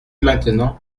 maintenant